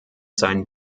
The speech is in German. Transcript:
seinen